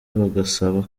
bagasaba